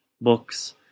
books